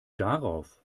darauf